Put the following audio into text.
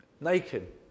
naked